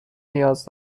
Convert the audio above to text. نیاز